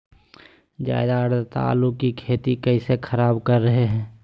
ज्यादा आद्रता आलू की खेती कैसे खराब कर रहे हैं?